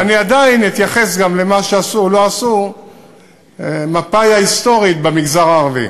ואני עדיין אתייחס גם למה שעשו או לא עשו מפא"י ההיסטורית במגזר הערבי.